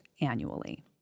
annually